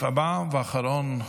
נמנעים.